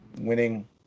winning